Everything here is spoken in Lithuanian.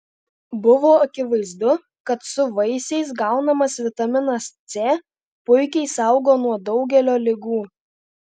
buvo akivaizdu kad su vaisiais gaunamas vitaminas c puikiai saugo nuo daugelio ligų